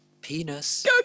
Penis